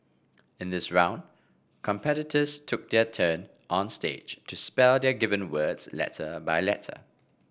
in this round competitors took their turn on stage to spell their given words letter by letter